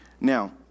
Now